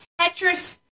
Tetris